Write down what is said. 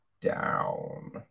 down